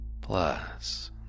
Plus